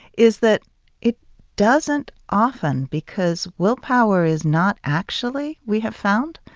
is that it doesn't often because willpower is not actually, we have found,